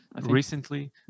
recently